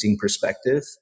perspective